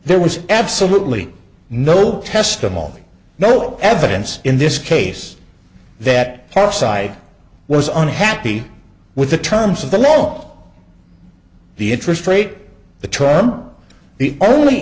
there was absolutely no testimony no evidence in this case that our side was unhappy with the terms of the all the interest rate the term the only